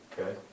Okay